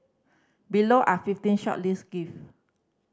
below are fifteen shortlisted gift